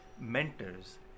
mentors